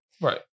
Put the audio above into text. Right